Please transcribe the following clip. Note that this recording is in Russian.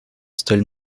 столь